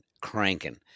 cranking